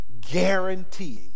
guaranteeing